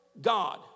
God